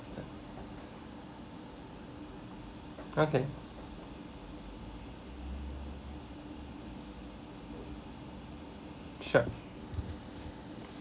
okay sure